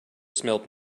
smelled